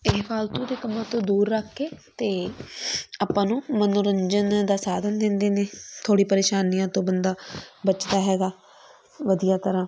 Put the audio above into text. ਇਹ ਫਾਲਤੂ ਦੇ ਕੰਮਾਂ ਤੋਂ ਦੂਰ ਰੱਖ ਕੇ ਅਤੇ ਆਪਾਂ ਨੂੰ ਮੰਨੋਰੰਜਨ ਦਾ ਸਾਧਨ ਦਿੰਦੇ ਨੇ ਥੋੜ੍ਹੀ ਪਰੇਸ਼ਾਨੀਆਂ ਤੋਂ ਬੰਦਾ ਬੱਚਦਾ ਹੈਗਾ ਵਧੀਆ ਤਰ੍ਹਾਂ